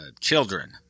children